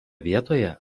vietoje